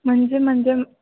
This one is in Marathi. म्हणजे म्हणजे